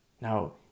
Now